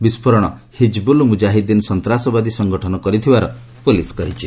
ବିସ୍ଫୋରଣ ହିଜବୁଲ ମୁଜାହିଦିନ ସନ୍ତାସବାଦୀ ସଂଗଠନ କରିଥିବାର ପୋଲିସ କହିଛି